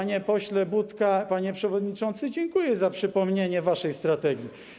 Panie pośle Budka, panie przewodniczący, dziękuję za przypomnienie waszej strategii.